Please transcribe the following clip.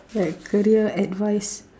like career advice